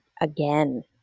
again